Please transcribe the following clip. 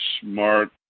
smart